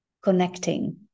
connecting